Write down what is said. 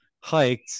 hiked